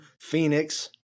Phoenix